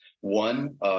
one